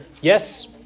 Yes